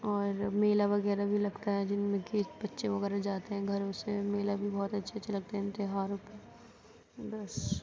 اور میلا وغیرہ بھی لگتا ہے جن میں کہ بچے وغیرہ جاتے ہیں گھروں سے میلا بھی بہت اچھے اچھے لگتے ہیں اِن تہواروں پہ بس